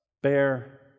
bear